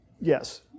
yes